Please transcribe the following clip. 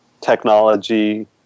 technology